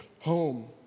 home